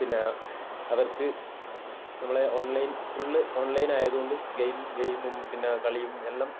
പിന്ന അവർക്ക് നമ്മളെ ഓൺലൈൻ ഫുൾ ഓൺലൈനായത് കൊണ്ട് ഗെയിം ഗെയിമും പിന്ന കളിയും എല്ലാം